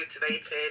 motivated